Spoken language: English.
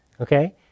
Okay